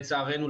לצערנו,